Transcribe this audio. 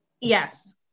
Yes